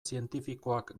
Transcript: zientifikoak